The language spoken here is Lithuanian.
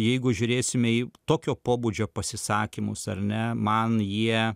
jeigu žiūrėsime į tokio pobūdžio pasisakymus ar ne man jie